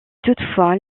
toutefois